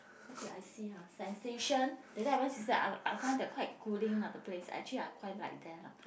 what did I see ah sensation I I find the quite cooling lah the place actually I quite like there lah